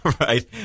Right